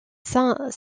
saint